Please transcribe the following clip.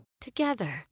together